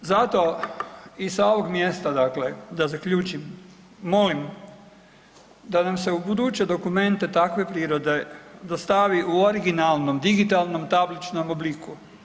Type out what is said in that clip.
Zato i sa ovog mjesta dakle da zaključim, molim da nam se ubuduće dokumente takve prirode dostavi u originalnom digitalnom tabličnom obliku.